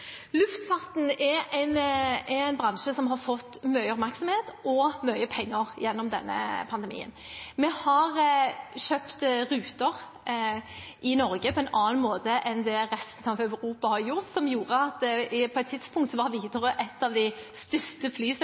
Luftfarten er en bransje som har fått mye oppmerksomhet og mye penger gjennom denne pandemien. Vi har kjøpt ruter i Norge på en annen måte enn det resten av Europa har gjort, noe som gjorde at på et tidspunkt var Widerøe et av de største